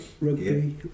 rugby